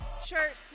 Shirts